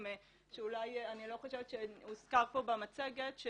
שאני לא חושבת שהוזכר פה במצגת,